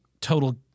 total